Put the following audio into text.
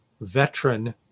veteran